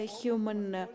human